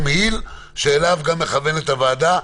שאליו גם מכוונת הוועדה,